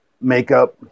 makeup